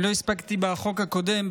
לא הספקתי בחוק הקודם,